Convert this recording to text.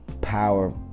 Power